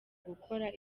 gukora